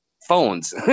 Phones